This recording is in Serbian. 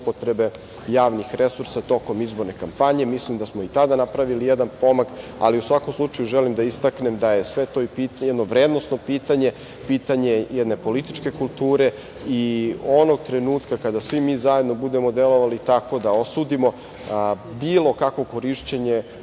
zloupotrebe javnih resursa tokom izborne kampanje. Mislim da smo i tada napravili jedan pomak, ali u svakom slučaju želim da istaknem da je sve to jedno vrednosno pitanje, pitanje jedne političke kulture. Onog trenutka kada svi mi zajedno budemo delovali tako da osudimo bilo kakvo korišćenje